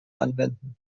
anwenden